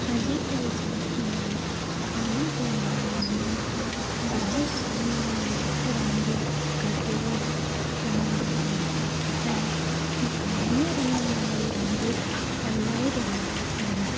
अॼुकल्ह जा ॿार हिन ज़माने में ॿाहिरि रमण वारी रांदियूं घटि वधि रमंदा आहिनि ऐं घर में रमण वारी रांदियूं इलाही रमंदा आहिनि